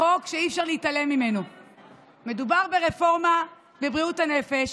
חוק שמדבר על הרפורמה בבריאות הנפש,